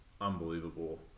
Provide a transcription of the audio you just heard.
unbelievable